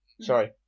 Sorry